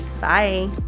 bye